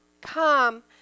come